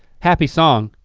happy song,